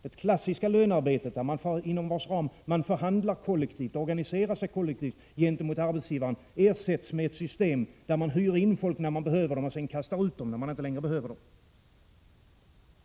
Det klassiska lönearbetet, inom vars ram man förhandlar kollektivt och organiserar sig kollektivt gentemot arbetsgivaren, ersätts med ett system, där man hyr in människor när de behövs och sedan kastar ut dem när man inte längre behöver dem.